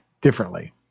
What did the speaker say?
differently